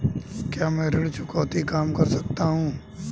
क्या मैं ऋण चुकौती कम कर सकता हूँ?